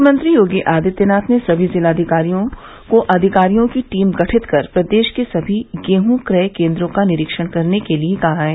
मुख्यमंत्री योगी आदित्यनाथ ने सभी जिलाधिकारियों को अधिकारियों की टीम गठित कर प्रदेश के सभी गेहूं क्रय केन्द्रों का निरीक्षण करने के लिए कहा है